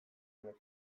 lekuen